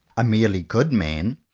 a merely good man,